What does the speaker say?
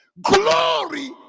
Glory